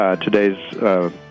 today's